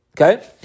Okay